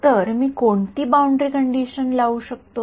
तर मी कोणती बाउंडरी कंडिशन लावू शकतो